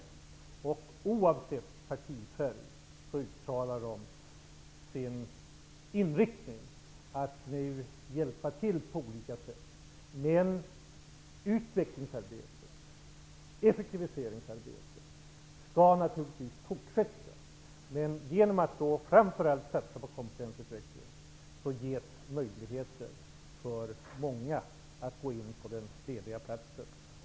Oavsett partifärg uttalade de sin vilja att nu hjälpa till på olika sätt. Utvecklingsarbetet och effektiviseringsarbetet skall naturligtvis fortsätta. Men genom att framför allt satsa på kompetensutveckling ges möjligheter för många att gå in på den lediga platsen.